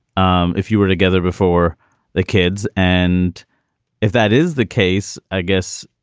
um if you were together before the kids and if that is the case, i guess.